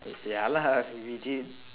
ya lah if we did